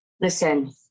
Listen